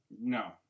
No